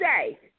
say